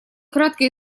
кратко